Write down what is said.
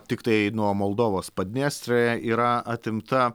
tiktai nuo moldovos padniestrė yra atimta